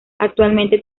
actualmente